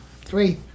Three